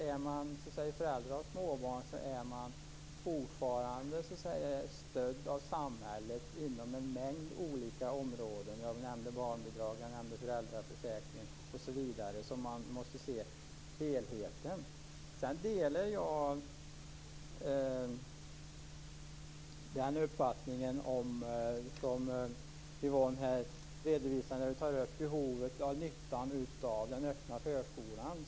Är man förälder och har småbarn är man fortfarande stödd av samhället inom en mängd olika områden. Jag nämnde barnbidrag, föräldraförsäkring osv. Man måste se helheten. Jag delar Yvonne Anderssons uppfattning när hon tar upp nyttan av den öppna förskolan.